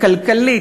הכלכלית,